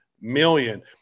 million